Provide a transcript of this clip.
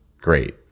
great